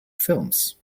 films